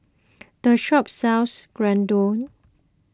the shop sells Gyudon